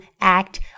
act